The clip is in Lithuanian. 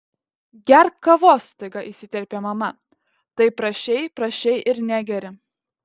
gerk kavos staiga įsiterpė mama taip prašei prašei ir negeri